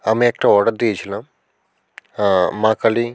আমি একটা অর্ডার দিয়েছিলাম মা কালী